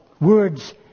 words